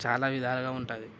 చాలా విధాలుగా ఉంటాయి